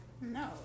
no